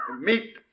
Meet